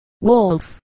Wolf